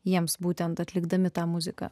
jiems būtent atlikdami tą muziką